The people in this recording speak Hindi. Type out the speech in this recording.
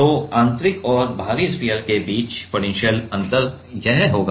तो आंतरिक और बाहरी स्फीयर के बीच पोटेंशियल अंतर यह होगा